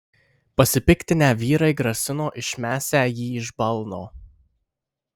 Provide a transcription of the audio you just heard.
pasipiktinę vyrai grasino išmesią jį iš balno